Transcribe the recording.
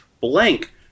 blank